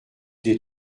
des